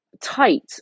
tight